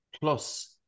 Plus